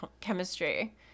chemistry